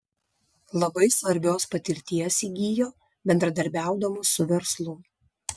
labai svarbios patirties įgijo bendradarbiaudamos su verslu